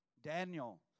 Daniel